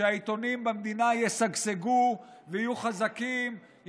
שהעיתונים במדינה ישגשגו ויהיו חזקים,